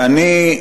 אני,